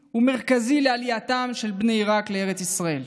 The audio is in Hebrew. ומרכזי לעלייתם של בני עיראק לארץ ישראל.